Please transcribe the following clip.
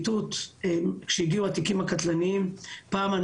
כשהתיקים הקטלניים הגיעו לפרקליטות,